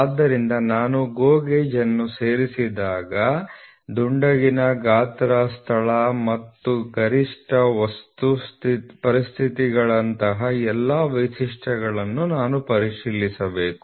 ಆದ್ದರಿಂದ ನಾನು GO gauge ಅನ್ನು ಸೇರಿಸಿದಾಗ ದುಂಡಗಿನ ಗಾತ್ರ ಸ್ಥಳ ಮತ್ತು ಗರಿಷ್ಠ ವಸ್ತು ಪರಿಸ್ಥಿತಿಗಳಂತಹ ಎಲ್ಲಾ ವೈಶಿಷ್ಟ್ಯಗಳನ್ನು ನಾನು ಪರಿಶೀಲಿಸಬೇಕು